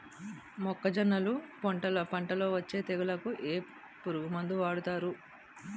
మొక్కజొన్నలు పంట లొ వచ్చే తెగులకి ఏ పురుగు మందు వాడతారు?